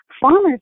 farmers